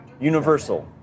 Universal